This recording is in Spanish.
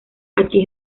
aquí